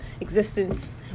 existence